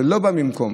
זה לא בא במקום.